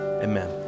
amen